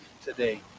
today